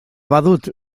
badut